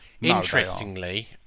Interestingly